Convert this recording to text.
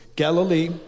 Galilee